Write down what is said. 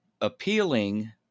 appealing